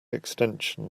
extension